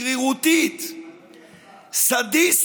שרירותית, סדיסטית,